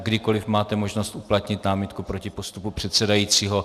Kdykoli máte možnost uplatnit námitku proti postupu předsedajícího.